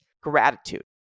gratitude